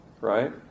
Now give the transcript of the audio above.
Right